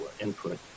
input